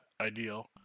ideal